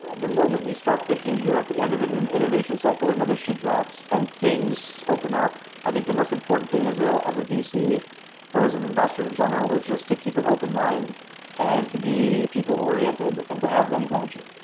but the moment you start thinking you're at the end of and an innovation cycle, another issue drops and things open up. i think the most important thing as ah as a vc or an investor in general is just to keep an open mind and to be people-oriented and to have them guide you.